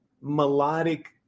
melodic